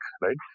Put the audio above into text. right